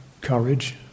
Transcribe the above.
courage